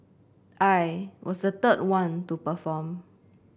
I was the third one to perform